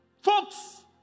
folks